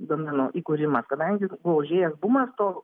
domeno įkūrimas kadangi buvo užėjęs bumas to